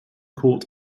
court